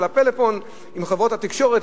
על עסקת הפלאפון עם חברות התקשורת,